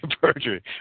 perjury